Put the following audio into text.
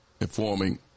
informing